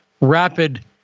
rapid